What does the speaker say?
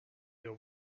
your